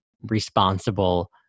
responsible